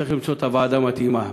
וצריך למצוא את הוועדה המתאימה,